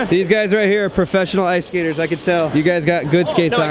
the guys right here, professional ice skaters i can tell you guys got good skates